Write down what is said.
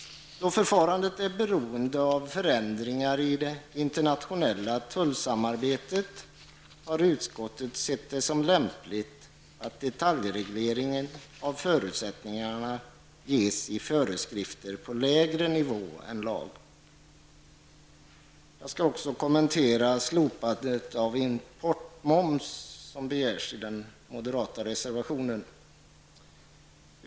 Då förfarandet är beroende av förändringar i det internationella tullsamarbetet, har utskottet sett det som lämpligt att detaljregleringen av förutsättningarna ges i föreskrifter på lägre nivå än lag. Jag skall också kommentera slopande av importmoms, som begärs i den moderata reservationen 3.